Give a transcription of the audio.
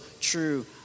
true